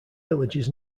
villages